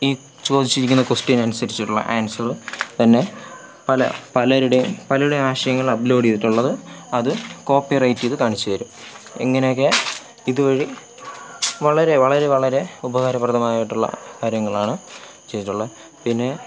ഈ ചോദിച്ചിരിക്കുന്ന ക്വസ്റ്റ്യനനുസരിച്ചുള്ള ആൻസർ തന്നെ പല പലരുടെയും പലരുടെയും ആശയങ്ങൾ അപ്ലോഡ് ചെയ്തിട്ടുള്ളത് അത് കോപ്പിറൈറ്റ് ചെയ്ത് കാണിച്ചുതരും ഇങ്ങനെയൊക്കെ ഇതുവഴി വളരെ വളരെ വളരെ ഉപകാരപ്രദമായിട്ടുള്ള കാര്യങ്ങളാണ് ചെയ്തിട്ടുള്ളത് പിന്നെ